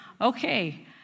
Okay